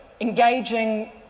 engaging